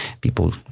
people